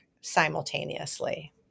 simultaneously